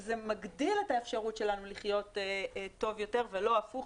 זה מגדיל את האפשרות שלנו לחיות טוב יותר ולא הפוך.